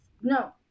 No